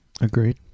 Agreed